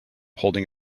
holding